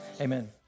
amen